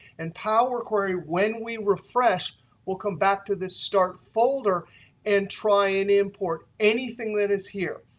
and power query when we refresh will come back to this start folder and try and import anything that is here.